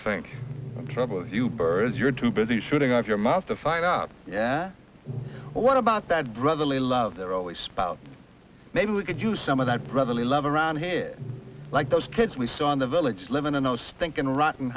think trouble you birds you're too busy shooting off your mouth to find out yeah what about that brotherly love there always spout maybe we could use some of that brotherly love around here like those kids we saw in the village livin in those thinkin rotten